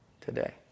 today